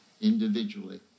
individually